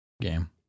game